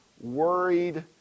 worried